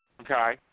Okay